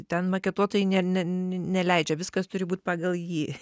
ten maketuotojui ne ne ne neleidžia viskas turi būt pagal jį